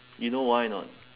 you know why or not